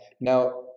Now